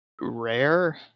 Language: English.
rare